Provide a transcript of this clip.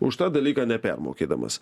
už tą dalyką nepermokėdamas